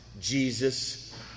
Jesus